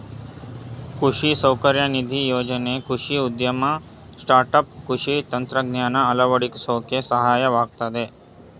ಕೃಷಿ ಸೌಕರ್ಯ ನಿಧಿ ಯೋಜ್ನೆ ಕೃಷಿ ಉದ್ಯಮ ಸ್ಟಾರ್ಟ್ಆಪ್ ಕೃಷಿ ತಂತ್ರಜ್ಞಾನ ಅಳವಡ್ಸೋಕೆ ಸಹಾಯವಾಗಯ್ತೆ